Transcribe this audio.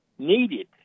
Needed